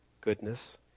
goodness